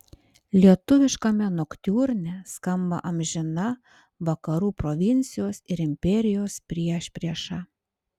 lietuviškame noktiurne skamba amžina vakarų provincijos ir imperijos priešprieša